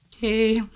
Hey